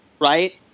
right